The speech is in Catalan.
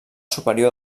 superior